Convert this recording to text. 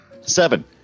seven